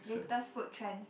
latest food trend